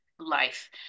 life